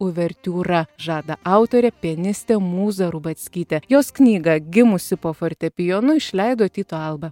uvertiūra žada autorė pianistė mūza rubackytė jos knygą gimusi po fortepijonu išleido tyto alba